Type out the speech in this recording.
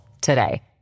today